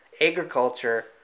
agriculture